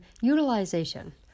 utilization